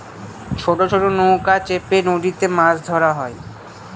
ছোট ছোট নৌকাতে চেপে নদীতে মাছ ধরা হয়